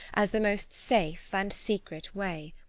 as the most safe and secret way.